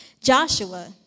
Joshua